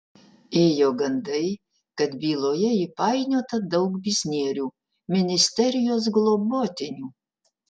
ėjo gandai kad byloje įpainiota daug biznierių ministerijos globotinių